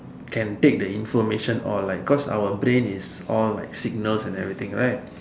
can take the information all like cause our brain is all like signals and everything right